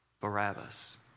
barabbas